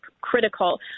critical